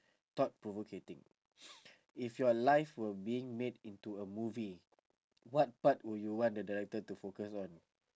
thought provocating if your life were being made into a movie what part would you want the director to focus on